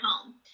home